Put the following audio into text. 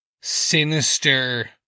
sinister